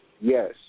Yes